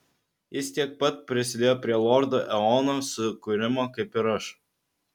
jis tiek pat prisidėjo prie lordo eono sukūrimo kaip ir aš